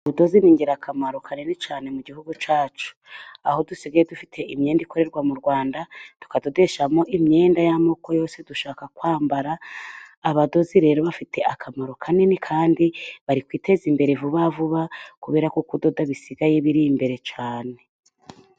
Ubudozi ni ingirakamaro kanini cyane mu gihugu cyacu, aho dusigaye dufite imyenda ikorerwa mu Rwanda, tukadodeshamo imyenda y'amoko yose dushaka kwambara, abadozi rero bafite akamaro kanini kandi bari kwiteze imbere vuba vuba, kubera kudoda bisigaye biri imbere cyane.